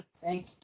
Thank